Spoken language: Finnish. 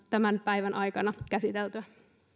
tämän päivän aikana käsiteltyä